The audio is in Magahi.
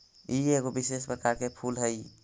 ई एगो विशेष प्रकार के फूल हई